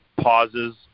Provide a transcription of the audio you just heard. pauses